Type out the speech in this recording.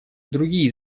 другие